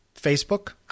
Facebook